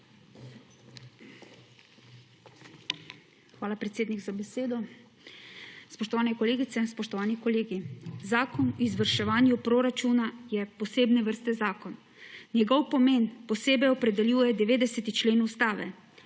Hvala, predsednik, za besedo. Spoštovane kolegice, spoštovani kolegi! Zakon o izvrševanju proračuna je posebne vrste zakon. Njegov pomen posebej opredeljuje 90. člen Ustave